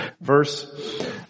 verse